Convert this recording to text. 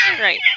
Right